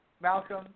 Malcolm